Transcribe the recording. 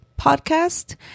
podcast